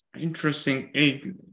Interesting